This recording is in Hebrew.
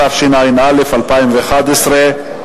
התשע"א 2011,